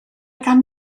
gan